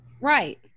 Right